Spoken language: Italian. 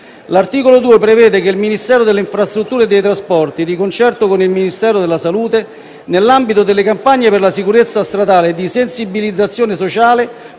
L'articolo 2 prevede che il Ministero delle infrastrutture e dei trasporti, di concerto con il Ministero della salute, nell'ambito delle campagne per la sicurezza stradale e di sensibilizzazione sociale,